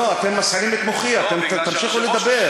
לא, אתם מסעירים את מוחי, אתם תמשיכו לדבר.